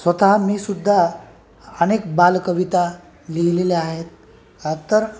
स्वतः मीसुद्धा अनेक बालकविता लिहिलेल्या आहेत तर